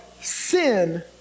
sin